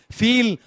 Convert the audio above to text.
feel